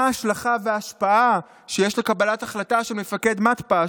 מה ההשלכה וההשפעה שיש לקבלת החלטה של מפקד מתפ"ש?